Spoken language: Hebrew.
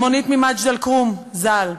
אלמונית ממג'ד-אלכרום ז"ל,